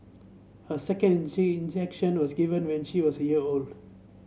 a second injection was given when she was a year old